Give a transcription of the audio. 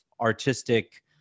artistic